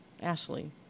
Ashley